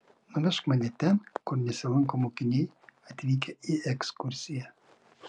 nuvežk mane ten kur nesilanko mokiniai atvykę į ekskursiją